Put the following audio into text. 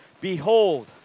Behold